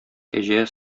кәҗә